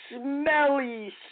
Smelly